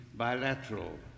bilateral